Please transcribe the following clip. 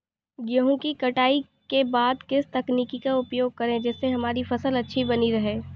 गेहूँ की कटाई के बाद किस तकनीक का उपयोग करें जिससे हमारी फसल अच्छी बनी रहे?